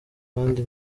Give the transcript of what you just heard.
kandi